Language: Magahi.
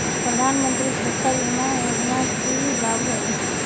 प्रधानमंत्री सुरक्षा बीमा योजना के की लाभ हई?